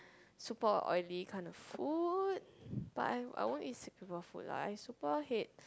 super oily kinds of food but I won't I won't eat sick people food lah I super hate